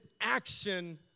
action